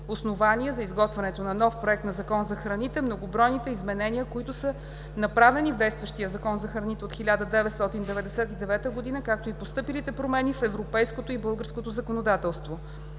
основание за изготвянето на нов Проект на Закон за храните многобройните изменения, които са направени по действащия Закон за храните от 1999 г., както и настъпилите промени в европейското и българското законодателство.